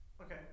Okay